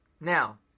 Now